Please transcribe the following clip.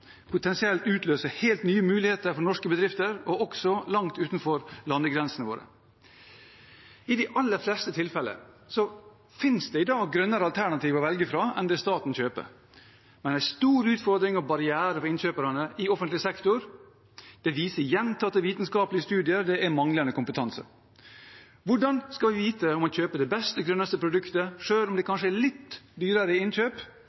potensielt utløse helt nye muligheter ikke bare for norske bedrifter, men også langt utenfor landegrensene våre. I de aller fleste tilfeller finnes det i dag grønnere alternativ å velge enn dem som staten kjøper. Men en stor utfordring og barriere for innkjøperne i offentlig sektor – det viser gjentatte vitenskapelige studier – er manglende kompetanse. Hvordan skal man vite om man kjøper det beste og grønneste produktet? Selv om det kanskje er litt dyrere i innkjøp,